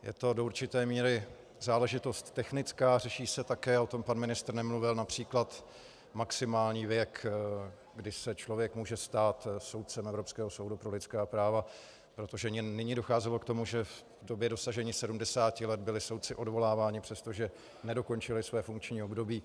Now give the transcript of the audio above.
Je to do určité míry záležitost technická, řeší se také o tom pan ministr nemluvil například maximální věk, kdy se člověk může stát soudcem Evropského soudu pro lidská práva, protože nyní docházelo k tomu, že v době dosažení 70 let byli soudci odvoláváni, přestože nedokončili své funkční období.